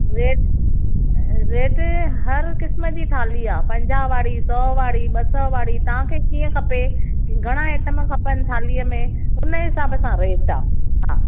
rate rate हर क़िस्म जी थाली आहे पंजाहु वारी सौ वारी ॿ सौ वारी तव्हांखे कीअं खपे घणा आइटम खपनि थालीअ में उन हिसाब सां रेट आहे हा